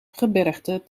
gebergte